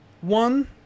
one